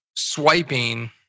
swiping